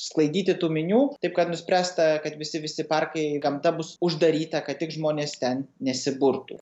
sklaidyti tų minių taip kad nuspręsta kad visi visi parkai gamta bus uždaryta kad tik žmonės ten nesiburtų